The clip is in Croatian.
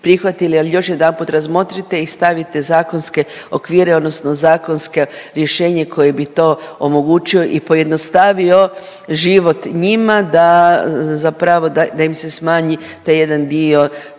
al još jedanput razmotrite i stavite zakonske okvire odnosno zakonsko rješenje koje bi to omogućio i pojednostavio život njima da, zapravo da, da im se smanji taj jedan dio